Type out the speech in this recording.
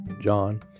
John